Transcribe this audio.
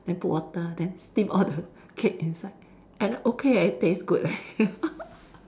then put water then steam all the cake inside and okay eh it taste good leh